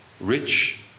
rich